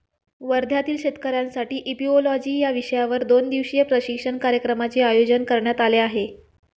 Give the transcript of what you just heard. वर्ध्यातील शेतकऱ्यांसाठी इपिओलॉजी या विषयावर दोन दिवसीय प्रशिक्षण कार्यक्रमाचे आयोजन करण्यात आले आहे